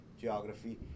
geography